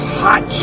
hot